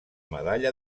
medalla